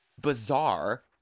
bizarre